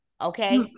Okay